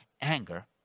anger